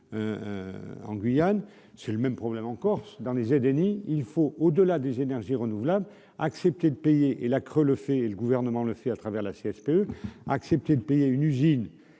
en Guyane, c'est le même problème en Corse dans les et Denis, il faut au delà des énergies renouvelables, accepter de payer et la creux le fait et le gouvernement le fait à travers la CSPE accepter de payer une usine